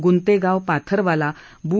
गुंतेगाव पाथरवाला बु